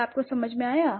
क्या आपको समझ में आया